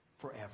forever